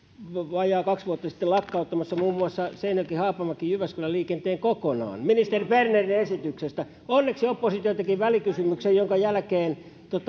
vajaa kaksi vuotta sitten lakkauttamassa muun muassa seinäjoki haapamäki jyväskylä liikenteen kokonaan ministeri bernerin esityksestä onneksi oppositio teki välikysymyksen jonka jälkeen